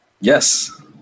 Yes